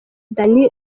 danny